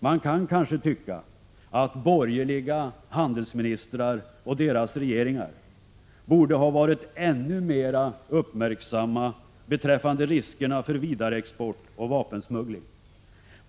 Man kan kanske tycka att borgerliga handelsministrar och deras regeringar borde ha varit ännu mera uppmärksamma beträffande riskerna för vidareexport och vapensmuggling.